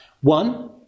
One